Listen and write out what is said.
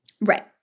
Right